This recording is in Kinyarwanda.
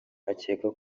akeka